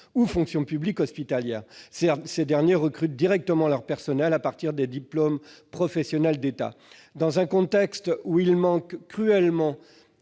la fonction publique hospitalière. Ces derniers recrutent directement leur personnel à partir des diplômes professionnels d'État. Alors qu'ils manquent cruellement